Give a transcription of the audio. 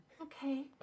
Okay